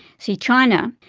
see, china,